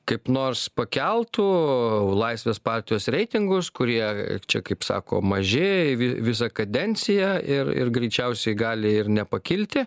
kaip nors pakeltų laisvės partijos reitingus kurie čia kaip sako mažėja vi visą kadenciją ir ir greičiausiai gali ir nepakilti